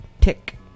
Tick